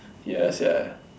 ya sia